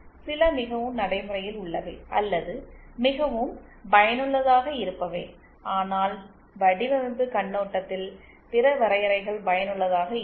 சில மிகவும் நடைமுறையில் உள்ளவை அல்லது மிகவும் பயனுள்ளதாக இருப்பவை ஆனால் வடிவமைப்பு கண்ணோட்டத்தில் பிற வரையறைகள் பயனுள்ளதாக இருக்கும்